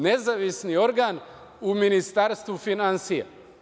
Nezavisni organ u Ministarstvu finansija?